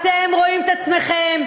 אתם רואים את עצמכם,